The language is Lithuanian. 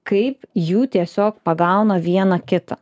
kaip jų tiesiog pagauna vieną kitą